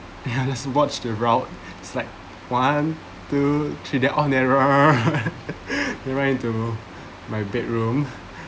ya let's watch the route it's like one two three then off then run then run into my bedroom